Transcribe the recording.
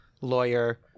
lawyer